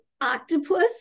octopus